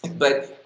but